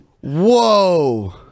Whoa